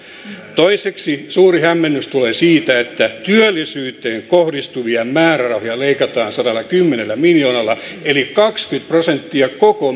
toiseksi suuri hämmennys tulee siitä että työllisyyteen kohdistuvia määrärahoja leikataan sadallakymmenellä miljoonalla eli kaksikymmentä prosenttia koko